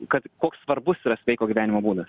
kad koks svarbus yra sveiko gyvenimo būdas